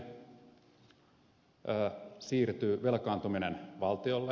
sen jälkeen siirtyy velkaantuminen valtiolle